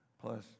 Plus